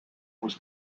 was